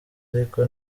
ariko